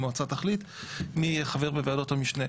המועצה תחליט מי יהיה חבר בוועדות המשנה,